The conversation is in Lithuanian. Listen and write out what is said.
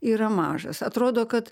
yra mažas atrodo kad